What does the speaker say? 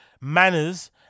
manners